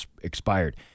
expired